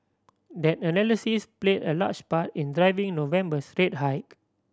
that analysis play a large part in driving November's rate hike